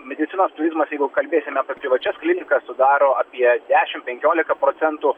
medicinos turizmas jeigu kalbėsim apie privačias klinikas sudaro apie dešimt penkiolika procentų